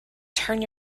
turn